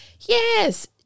yes